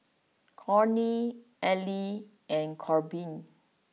Cornie Ellery and Korbin